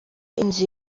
inzu